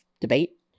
debate